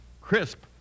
crisp